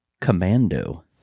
Commando